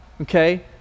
okay